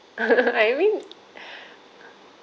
I mean